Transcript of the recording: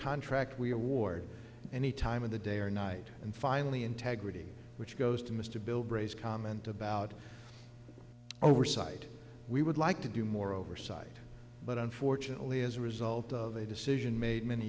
contract we award any time of the day or night and finally integrity which goes to mr bilbray is common to about oversight we would like to do more oversight but unfortunately as a result of a decision made many